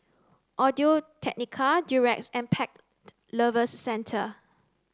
Audio Technica Durex and Pet Lovers Centre